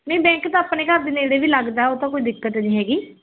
ਨਹੀਂ ਬੈਂਕ ਤਾਂ ਆਪਣੇ ਘਰ ਦੇ ਨੇੜੇ ਵੀ ਲੱਗਦਾ ਉਹ ਤਾਂ ਕੋਈ ਦਿੱਕਤ ਨਹੀਂ ਹੈਗੀ